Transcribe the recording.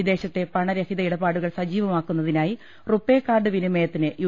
വിദേശത്തെ പണരഹിത ഇടപാടുകൾ സജീവമാക്കുന്നതിനായി റുപേ കാർഡ് വിനിമയത്തിന് യു